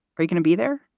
are you gonna be there?